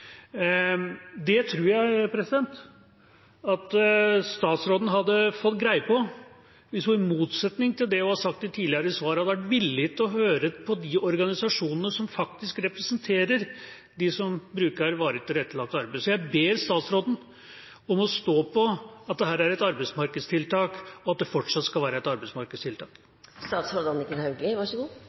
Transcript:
Det tror jeg at statsråden hadde fått greie på hvis hun, i motsetning til det hun har sagt i tidligere svar, hadde vært villig til å høre på de organisasjonene som representerer dem som bruker varig tilrettelagt arbeid. Så jeg ber statsråden om å stå på at dette er et arbeidsmarkedstiltak, og at det fortsatt skal være et